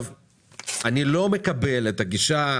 אבל אני קצת נרגעתי כי צרת רבים חצי נחמה.